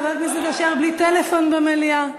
חבר הכנסת אשר, בלי טלפון במליאה.